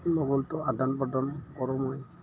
মংগলদৈতো আদান প্ৰদান কৰোঁ মই